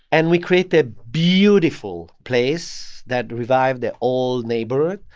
and we created beautiful place that revived the old neighborhood,